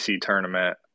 tournament